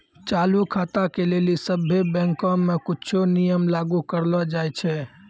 चालू खाता के लेली सभ्भे बैंको मे कुछो नियम लागू करलो जाय छै